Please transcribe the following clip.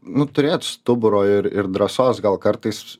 nu turėt stuburo ir ir drąsos gal kartais